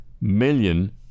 million